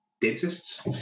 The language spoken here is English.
dentists